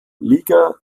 liga